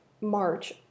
March